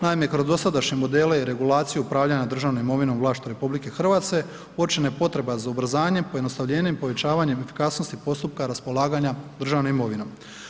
Naime, kroz dosadašnje modele i regulaciju upravljanja državnom imovinom u vlasništvu RH uočena je potreba za ubrzanjem pojednostavljenjem, povećavanjem efikasnosti postupka raspolaganja državnom imovinom.